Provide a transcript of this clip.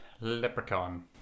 Leprechaun